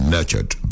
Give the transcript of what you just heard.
Nurtured